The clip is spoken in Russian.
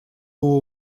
его